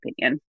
opinion